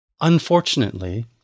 Unfortunately